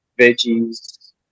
veggies